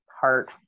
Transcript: heart